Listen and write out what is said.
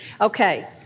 Okay